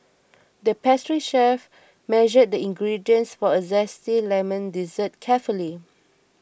the pastry chef measured the ingredients for a Zesty Lemon Dessert carefully